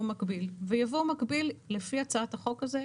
מקביל ויבוא מקביל לפי הצעת החוק הזאת,